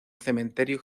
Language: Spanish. cementerio